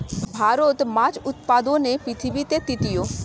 ভারত মাছ উৎপাদনে পৃথিবীতে তৃতীয়